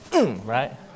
Right